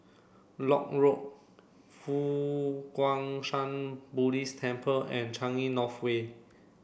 Lock Road Fo Guang Shan Buddha Temple and Changi North Way